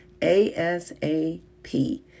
ASAP